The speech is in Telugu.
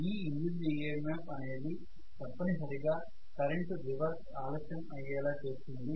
ఈ ఇండ్యూస్డ్ EMF అనేది తప్పనిసరిగా కరెంటు రివర్స్ ఆలస్యం అయ్యేలా చేస్తుంది